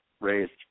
raised